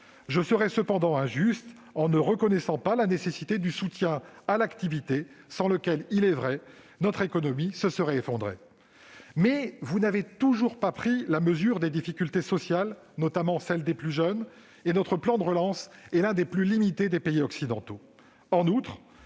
Je serais injuste, en ne reconnaissant pas la nécessité du soutien à l'activité, sans lequel, il est vrai, notre économie se serait effondrée, mais vous n'avez toujours pas pris la mesure des difficultés sociales, notamment celles des plus jeunes, et notre plan de relance est l'un des plus limités des pays occidentaux.